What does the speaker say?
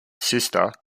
sister